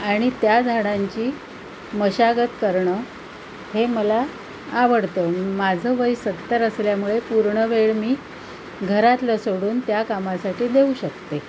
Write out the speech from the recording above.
आणि त्या झाडांची मशागत करणं हे मला आवडतं माझं वय सत्तर असल्यामुळे पूर्ण वेळ मी घरातलं सोडून त्या कामासाठी देऊ शकते